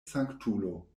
sanktulo